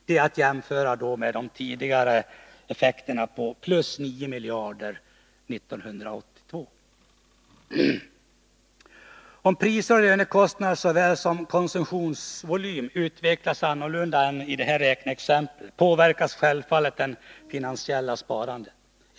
Det är att jämföra med de tidigare effekterna på + 9 miljarder 1982. Om priser och lönekostnader såväl som konsumtionsvolym utvecklas annorlunda än i det här räkneexemplet, påverkas självfallet det finansiella sparandet.